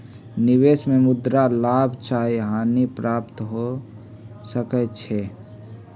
निवेश में मुद्रा पर लाभ चाहे हानि के प्राप्ति हो सकइ छै